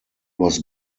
was